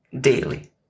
daily